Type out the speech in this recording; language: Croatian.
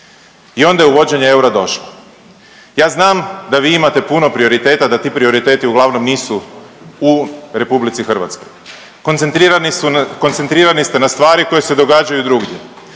i onda je uvođenje eura došlo. Ja znam da vi imate puno prioriteta i da ti prioriteti uglavnom nisu u RH, koncentrirani su, koncentrirani ste na stvari koje se događaju drugdje,